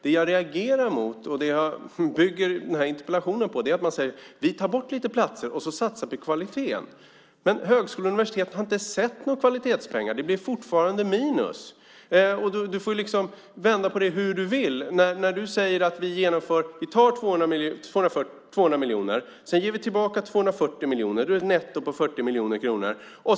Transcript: Det jag reagerar mot och det jag bygger den här interpellationen på är att man säger: Vi tar bort lite platser och satsar på kvaliteten. Men högskolor och universitet har inte sett några kvalitetspengar. Det blir fortfarande minus. Man kan vända på det hur man vill. Ministern säger att man tar 200 miljoner, och sedan ger man tillbaka 240 miljoner. Det blir ett netto på 40 miljoner kronor.